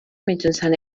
mitjançant